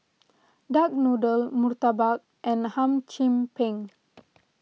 Duck Noodl Murtabak and Hum Chim Peng